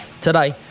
Today